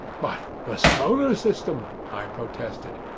but the solar system! i protested.